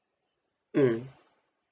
mm